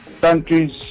countries